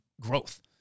growth